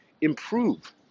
improve